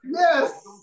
Yes